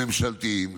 ממשלתיים,